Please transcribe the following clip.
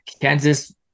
kansas